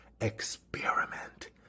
experiment